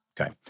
Okay